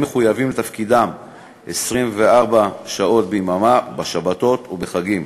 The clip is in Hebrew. הם מחויבים לתפקידם 24 שעות ביממה, בשבתות ובחגים.